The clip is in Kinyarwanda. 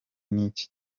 niki